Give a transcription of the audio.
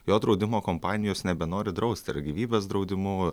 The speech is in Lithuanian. jo draudimo kompanijos nebenori drausti ar gyvybės draudimu